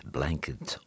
Blanket